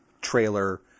trailer